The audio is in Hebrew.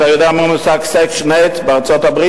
אתה יודע מה המושג Section 8 בארצות-הברית?